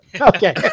Okay